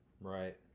Right